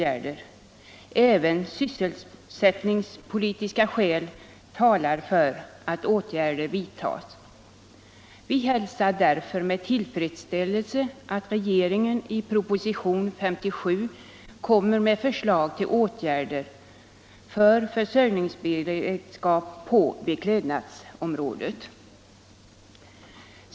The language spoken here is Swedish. Även sysselsättningspolitiska skäl talar för att åtgärder vidtas. Vi hälsar därför med tillfredsställelse att regeringen i propositionen 57 lägger fram förslag till åtgärder för försörjningsberedskap på beklädnadsområdet.